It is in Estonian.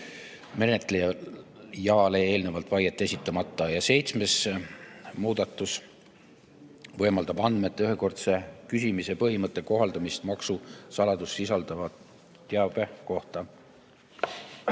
menetlejale eelnevalt vaiet esitamata. Seitsmes muudatus võimaldab andmete ühekordse küsimise põhimõtte kohaldamist ka maksusaladust sisaldava teabe korral.